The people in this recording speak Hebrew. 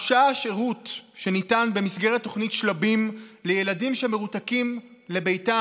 הושהה השירות שניתן במסגרת תוכנית שלבים לילדים שמרותקים לביתם,